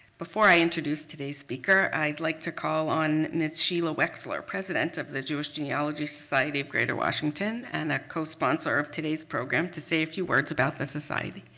before i introduce today's speaker, i'd like to call on ms. sheila wexler, president of jewish genealogy society of greater washington and a cosponsor of today's program to say a few words about the society.